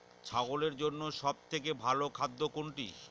ছাগলের জন্য সব থেকে ভালো খাদ্য কোনটি?